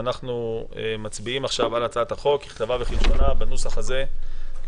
אנחנו מצביעים עכשיו על הצעת החוק ככתבה וכלשונה בנוסח הזה --- רגע,